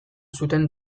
zuten